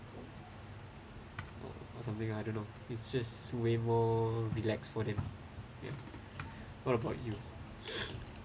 or something I don't know it's just way more relax for them ya what about you